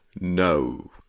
No